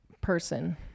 person